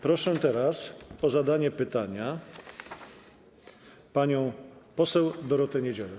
Proszę o zadanie pytania panią poseł Dorotę Niedzielę.